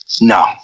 No